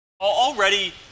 Already